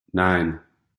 nine